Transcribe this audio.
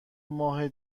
ماه